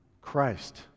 Christ